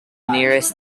nearest